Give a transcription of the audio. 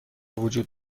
وجود